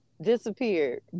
disappeared